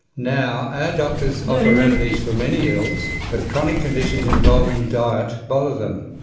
now, our doctors offer remedies for many ills, but chronic conditions involving diet bother them.